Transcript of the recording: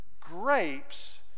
grapes